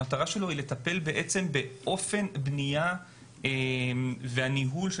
המטרה שלו היא לטפל באופן בנייה וניהול של